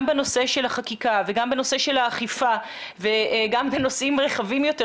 גם בנושא של החקיקה וגם בנושא של האכיפה וגם בנושאים רחבים יותר,